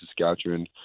saskatchewan